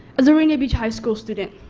as a rainier beach high school student,